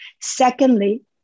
Secondly